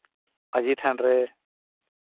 ᱢᱟᱹᱡᱷᱤ ᱛᱷᱟᱱ ᱨᱮ